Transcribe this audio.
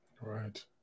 Right